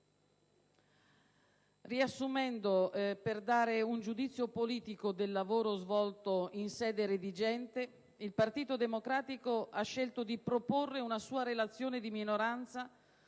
Riassumendo, per dare un giudizio politico del lavoro svolto in sede redigente, il Partito Democratico ha scelto di proporre una sua relazione di minoranza